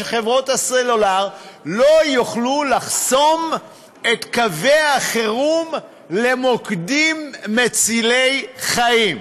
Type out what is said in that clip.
שחברות הסלולר לא יוכלו לחסום את קווי החירום למוקדים מצילי חיים,